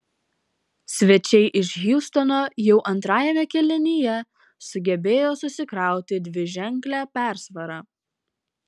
svečiai iš hjustono jau antrajame kėlinyje sugebėjo susikrauti dviženklę persvarą